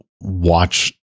watch